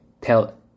tell